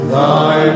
Thy